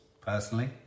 personally